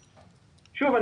שוב,